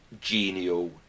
genial